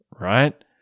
right